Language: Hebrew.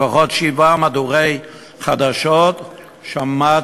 לפחות שבעה משדרי חדשות שמעתי,